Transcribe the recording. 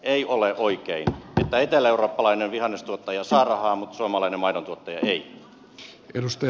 ei ole oikein että eteläeurooppalainen vihannestuottaja saa rahaa mutta suomalainen maidontuottaja ei